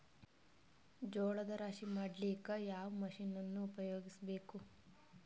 ಜೋಳದ ರಾಶಿ ಮಾಡ್ಲಿಕ್ಕ ಯಾವ ಮಷೀನನ್ನು ಉಪಯೋಗಿಸಬೇಕು?